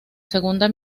segunda